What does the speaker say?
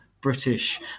British